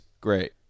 great